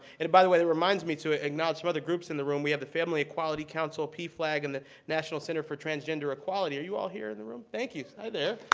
and by the way, that reminds me to ah acknowledge some other groups in the room. we have the family equality council, pflag, and the national center for transgender equality. are you all here and the room? thank you. hi there.